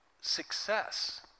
success